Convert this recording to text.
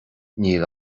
níl